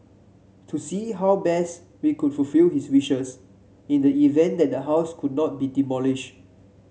to see how best we could fulfil his wishes in the event that the house could not be demolish